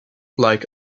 like